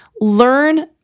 learn